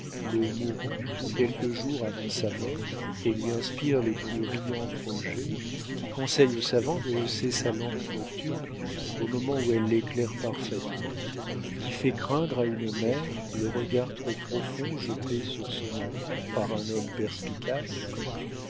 le mourant quelques jours avant sa mort et lui inspire les plus riants projets qui conseille au savant de hausser sa lampe nocturne au moment où elle l'éclaire parfaitement qui fait craindre à une mère le regard trop profond jeté sur son enfant par un homme perspicace